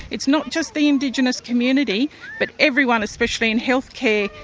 it's not just the indigenous community but everyone, especially in health care,